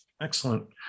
excellent